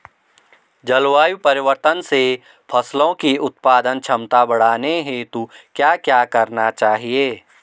जलवायु परिवर्तन से फसलों की उत्पादन क्षमता बढ़ाने हेतु क्या क्या करना चाहिए?